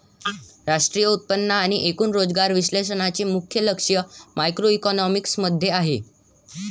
राष्ट्रीय उत्पन्न आणि एकूण रोजगार विश्लेषणाचे मुख्य लक्ष मॅक्रोइकॉनॉमिक्स मध्ये आहे